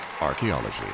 Archaeology